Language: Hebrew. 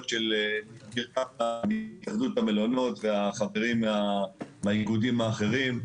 (הפרעות בקליטה בזום) התאחדות המלונות והחברים מהאיגודים האחרים.